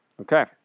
Okay